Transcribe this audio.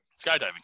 skydiving